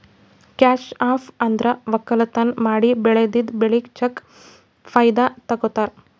cash crop ಅಂದ್ರ ವಕ್ಕಲತನ್ ಮಾಡಿ ಬೆಳದಿದ್ದ್ ಬೆಳಿಗ್ ಚಂದ್ ಫೈದಾ ತಕ್ಕೊಳದು